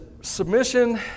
submission